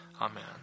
Amen